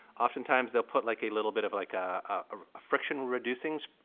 oftentimes, they'll put like a little bit of like ah a friction-reducing